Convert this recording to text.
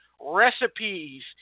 recipes